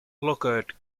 lockhart